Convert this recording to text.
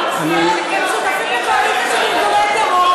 אם הם שותפים בקואליציה של ארגוני טרור,